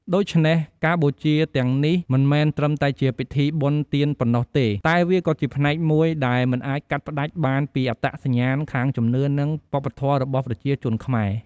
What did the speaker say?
ដូច្នេះ ការបូជាទាំងនេះមិនមែនត្រឹមតែជាពិធីបុណ្យទានប៉ុណ្ណោះទេ តែវាក៏ជាផ្នែកមួយដែលមិនអាចកាត់ផ្ដាច់បានពី អត្តសញ្ញាណខាងជំនឿ និងវប្បធម៌របស់ប្រជាជនខ្មែរ។